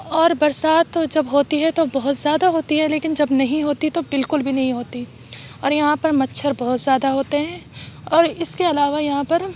اور برسات تو جب ہوتی ہے تو بہت زیادہ ہوتی ہے لیکن جب نہیں ہوتی ہے تو بالکل بھی نہیں ہوتی اور یہاں پر مچھر بہت زیادہ ہوتے ہیں اور اس کے علاوہ یہاں پر